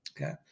Okay